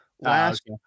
Last